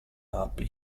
api